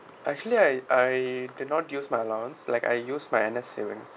actually I I did not use my loans like I use my N_S savings